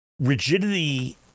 Rigidity